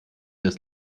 das